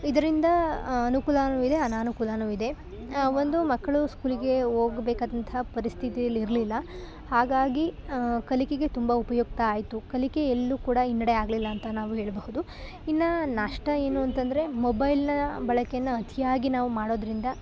ಇದರಿಂದ ಅನುಕೂಲವು ಇದೆ ಅನಾನುಕೂಲವು ಇದೆ ಒಂದು ಮಕ್ಳು ಸ್ಕೂಲಿಗೆ ಹೋಗ್ಬೇಕಾದಂತಹ ಪರಿಸ್ಥಿತಿಯಲ್ಲಿ ಇರಲಿಲ್ಲ ಹಾಗಾಗಿ ಕಲಿಕೆಗೆ ತುಂಬ ಉಪಯುಕ್ತ ಆಯ್ತು ಕಲಿಕೆ ಯೆಎಲ್ಲೂ ಕೂಡ ಹಿನ್ನೆಡೆ ಆಗ್ಲಿಲ್ಲ ಅಂತ ನಾವು ಹೇಳ್ಬಹುದು ಇನ್ನು ನಷ್ಟ ಏನು ಅಂತಂದ್ರೆ ಮೊಬೈಲ್ನ ಬಳಕೆನ ಅತಿಯಾಗಿ ನಾವು ಮಾಡೋದ್ರಿಂದ